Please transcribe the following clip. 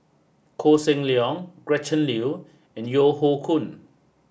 Koh Seng Leong Gretchen Liu and Yeo Hoe Koon